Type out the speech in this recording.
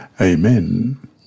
Amen